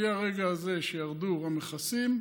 מהרגע הזה שירדו המכסים,